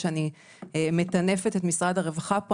שאני מטנפת את משרד הרווחה פה,